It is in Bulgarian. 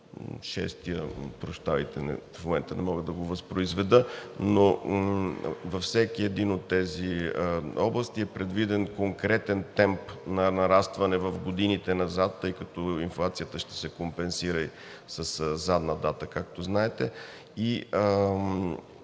шестия, прощавайте, в момента не мога да го възпроизведа, но във всяка една от тези области е предвиден конкретен темп на нарастване в годините назад, тъй като инфлацията ще се компенсира със задна дата, както знаете,